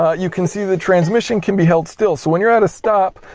you can see the transmission can be held still. so when you're at a stop,